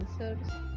answers